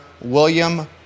William